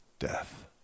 death